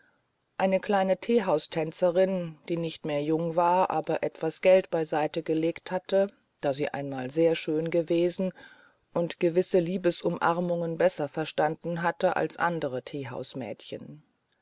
eine kleine teehaustänzerin die nicht mehr jung war aber etwas geld beiseite gelegt hatte da sie einmal sehr schön gewesen und gewisse liebesumarmungen besser verstanden hatte als andere